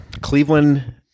Cleveland